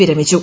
വിരമിച്ചു